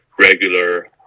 regular